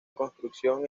construcción